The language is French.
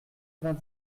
vingt